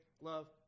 love